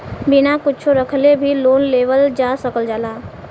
बिना कुच्छो रखले भी लोन लेवल जा सकल जाला